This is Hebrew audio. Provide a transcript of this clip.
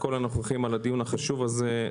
על הדיון החשוב הזה.